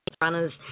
runners